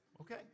Okay